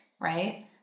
right